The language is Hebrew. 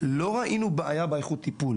לא ראינו בעיה באיכות הטיפול.